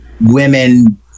women